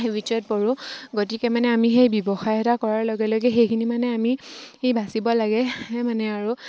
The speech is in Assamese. বিচয়ত কৰোঁ গতিকে মানে আমি সেই ব্যৱসায় এটা কৰাৰ লগে লগে সেইখিনি মানে আমি সি বাচিব লাগে মানে আৰু